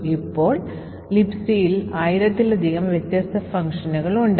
ഇപ്പോൾ Libcയിൽ ആയിരത്തിലധികം വ്യത്യസ്ത ഫംഗ്ഷനുകൾ ഉണ്ട്